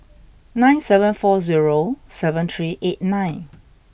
nine seven four zero seven three eight nine